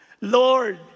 Lord